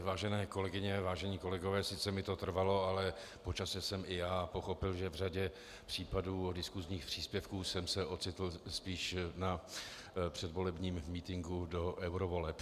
Vážené kolegyně, vážení kolegové, sice mi to trvalo, ale po čase jsem i já pochopil, že v řadě případů diskusních příspěvků jsem se ocitl spíš na předvolebním mítinku do eurovoleb.